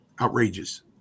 outrageous